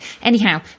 Anyhow